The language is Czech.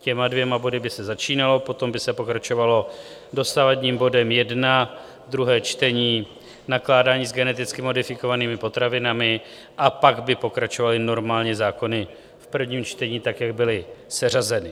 Těmi dvěma body by se začínalo, potom by se pokračovalo dosavadním bodem 1, druhé čtení, nakládání s geneticky modifikovanými potravinami, a pak by pokračovaly normálně zákony v prvním čtení tak, jak byly seřazeny.